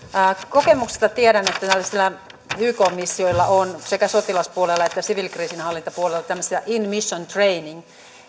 kokemuksesta tiedän että tällaisilla yk missioilla on sekä sotilaspuolella että siviilikriisinhallintapuolella tämmöisiä in mission training